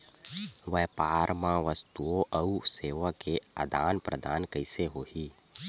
व्यापार मा वस्तुओ अउ सेवा के आदान प्रदान कइसे होही?